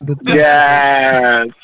Yes